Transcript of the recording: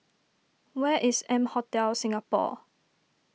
where is M Hotel Singapore